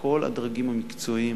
כל הדרגים המקצועיים,